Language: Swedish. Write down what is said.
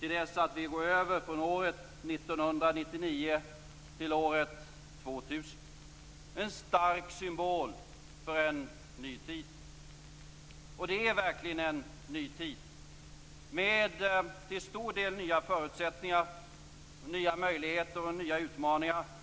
till dess att vi går över från året 1999 till året 2000, en stark symbol för en ny tid. Det är verkligen en ny tid med till stor del nya förutsättningar, nya möjligheter och nya utmaningar.